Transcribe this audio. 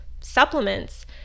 supplements